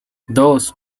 dos